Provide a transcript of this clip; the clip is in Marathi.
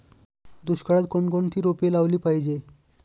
दुष्काळात कोणकोणती रोपे लावली पाहिजे?